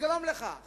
לגרום לכך